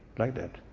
like that.